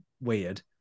weird